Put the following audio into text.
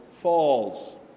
falls